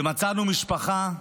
ומצאנו משפחה,